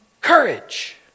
courage